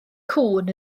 cŵn